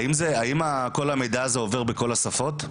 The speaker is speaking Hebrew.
האם כל המידע הזה עובר בכל השפות?